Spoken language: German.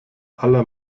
aller